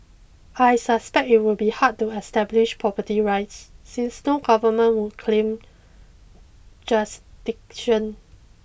I suspect it would be hard to establish property rights since no government would claim jurisdiction